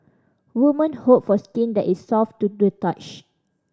woman hope for skin that is soft to the touch